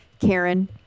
Karen